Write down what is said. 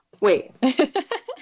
Wait